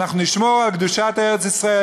ואנחנו נשמור על קדושת ארץ-ישראל,